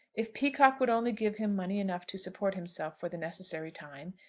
if peacocke would only give him money enough to support himself for the necessary time,